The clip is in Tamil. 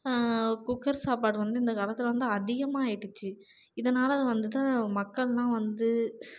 குக்கர் சாப்பாடு வந்து இந்த காலத்தில் வந்து அதிகமாக ஆகிடிச்சி இதனால் வந்துட்டு மக்கள்லாம் வந்து